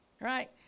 Right